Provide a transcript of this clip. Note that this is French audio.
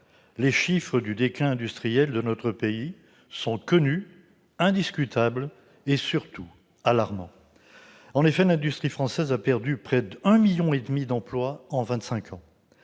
Les chiffres du déclin industriel de notre pays sont connus, indiscutables et, surtout, alarmants : l'industrie française a perdu près de 1,5 million d'emplois en